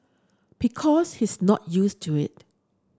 because he's not used to it